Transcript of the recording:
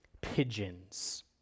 pigeons